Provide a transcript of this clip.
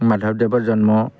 মাধৱদেৱৰ জন্ম